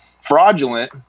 fraudulent